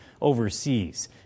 overseas